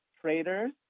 traders